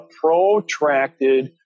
protracted